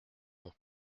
mon